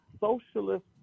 socialist